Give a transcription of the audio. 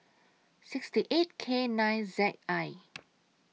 sixty eight K nine Z I